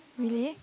really